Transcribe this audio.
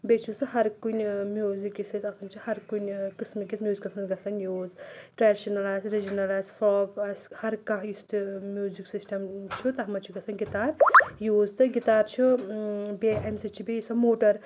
بیٚیہِ چھُ سُہ ہر کُنہِ میوٗزِک یُس اَسہِ آسان چھُ ہر کُنہِ قٕسمہٕ کِس میوٗزِکس منٛز گژھان یوٗز ٹرٛٮ۪ڈِشنل آسہِ رِجنل آسہِ فاک آسہِ ہر کانٛہہ یُس تہِ میوٗزِک سِسٹم چھُ تَتھ منٛز چھُ گژھان گِتار یوٗز تہٕ گِتار چھُ بیٚیہِ اَمہِ سۭتۍ چھُ بیٚیہِ سۄ موٹر